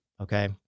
Okay